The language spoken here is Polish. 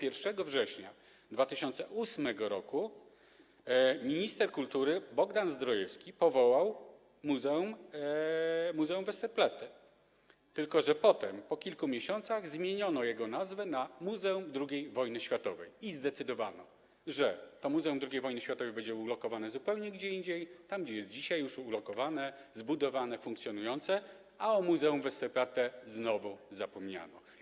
1 września 2008 r. minister kultury Bogdan Zdrojewski powołał muzeum Westerplatte, tylko że potem, po kilku miesiącach, zmieniono jego nazwę na Muzeum II Wojny Światowej i zdecydowano, że to Muzeum II Wojny Światowej będzie ulokowane zupełnie gdzie indziej - tam gdzie jest dzisiaj ulokowane, zbudowane, już funkcjonuje - a o muzeum Westerplatte znowu zapomniano.